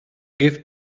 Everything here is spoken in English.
gift